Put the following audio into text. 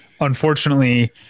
Unfortunately